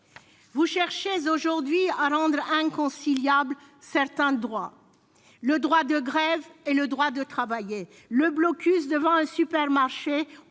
Vous cherchez aujourd'hui à rendre inconciliables certains droits : le droit de grève et le droit de travailler, le blocus devant un supermarché